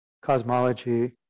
cosmology